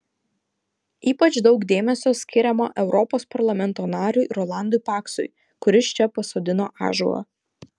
ypač daug dėmesio skiriama europos parlamento nariui rolandui paksui kuris čia pasodino ąžuolą